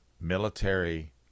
military